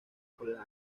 college